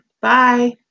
Bye